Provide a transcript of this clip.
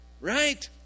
Right